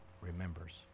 remembers